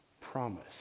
promise